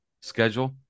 schedule